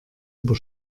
über